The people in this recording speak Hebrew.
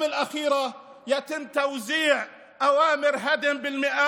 להלן תרגומם: לאנשים הנכבדים בנגב,